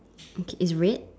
okay is red